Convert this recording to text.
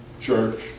church